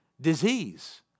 disease